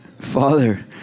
Father